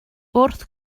wrth